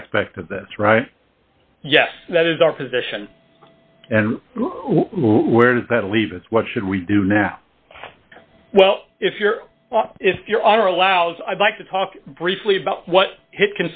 aspect of this right yes that is our position and where does that leave us what should we do now well if you're if you're already laus i'd like to talk briefly about what hi